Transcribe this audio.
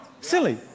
Silly